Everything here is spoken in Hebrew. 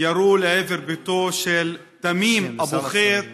ירו לעבר ביתו של תמים אבו חיט